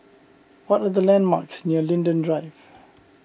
what are the landmarks near Linden Drive